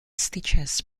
stitches